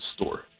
store